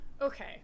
Okay